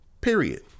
Period